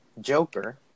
Joker